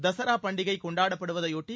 தசரா பண்டிகை கொண்டாடப்படுவதையொட்டி